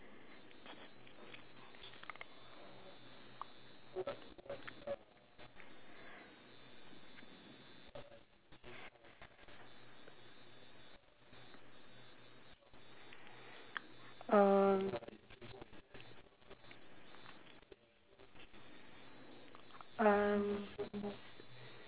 um um